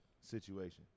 situation